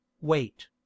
wait